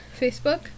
Facebook